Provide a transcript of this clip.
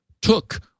took